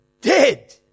dead